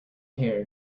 hair